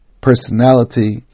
personality